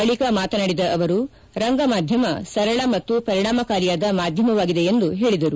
ಬಳಕ ಮಾತನಾಡಿದ ಅವರು ರಂಗ ಮಾಧ್ಯಮ ಸರಳ ಮತ್ತು ಪರಿಣಾಮಕಾರಿಯಾದ ಮಾಧ್ಯಮವಾಗಿದೆ ಎಂದು ಹೇಳಿದರು